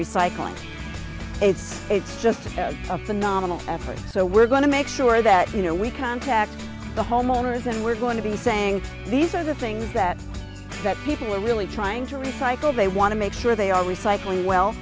recycling aids it's just a phenomenal effort so we're going to make sure that you know we contact the homeowners and we're going to be saying these are the things that people are really trying to recycle they want to make sure they are recycling well